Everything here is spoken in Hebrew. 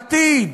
עתיד,